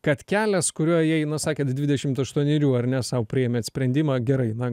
kad kelias kuriuo ėjai na sakėt dvidešimt aštuonerių ar ne sau priėmėt sprendimą gerai na